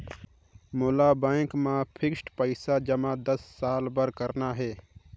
मोला बैंक मा फिक्स्ड पइसा जमा दस साल बार करना हे?